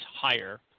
higher